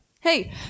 hey